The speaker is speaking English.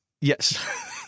yes